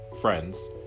friends